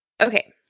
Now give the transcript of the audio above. Okay